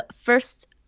first